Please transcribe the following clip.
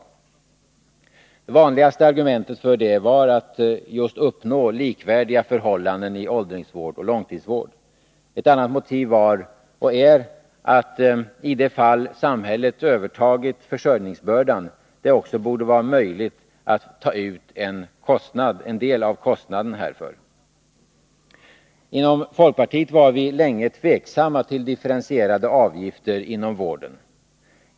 Det vanligaste argumentet för detta var just att uppnå likvärdiga förhållanden i åldringsvård och långtidsvård. Ett annat motiv var och är att, i de fall samhället övertagit försörjningsbördan det också borde vara möjligt att ta ut en del av kostnaden härför. Inom folkpartiet var vi länge tveksamma till differentierade avgifter inom vården.